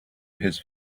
his